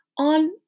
On